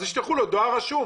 אז ישלחו לו דואר רשום.